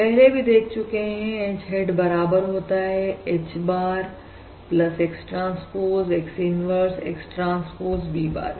पहले भी देख चुके हैं H hat बराबर होता है H bar X transpose X inverse X transpose V bar के